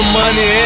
money